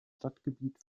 stadtgebiet